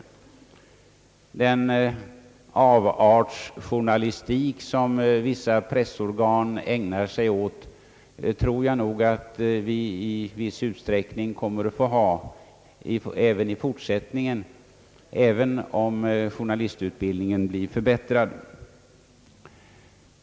Man får nog tänka sig att den avartsjournalistik, som vissa pressorgan ägnar sig åt, kommer att i viss utsträckning florera också i fortsättningen, även om journalistutbildningen blir förbättrad.